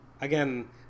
Again